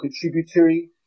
contributory